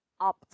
up